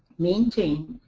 maintain,